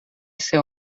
ser